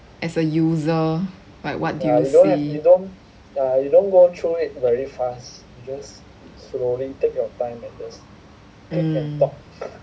as a user like what do you see mm